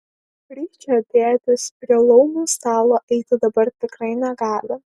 ryčio tėtis prie laumių stalo eiti dabar tikrai negali